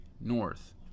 north